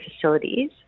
facilities